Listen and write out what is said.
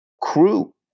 crew